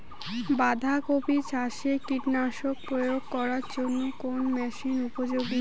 বাঁধা কপি চাষে কীটনাশক প্রয়োগ করার জন্য কোন মেশিন উপযোগী?